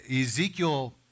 ezekiel